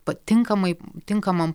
pa tinkamai tinkamam